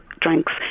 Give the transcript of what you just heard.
drinks